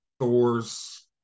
Thor's